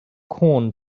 corn